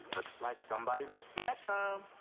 looks like somebody missed snack time.